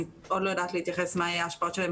אני עוד לא יודעת להתייחס למה תהיה ההשפעה שלהם